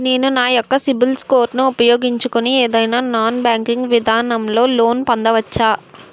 నేను నా యెక్క సిబిల్ స్కోర్ ను ఉపయోగించుకుని ఏదైనా నాన్ బ్యాంకింగ్ విధానం లొ లోన్ పొందవచ్చా?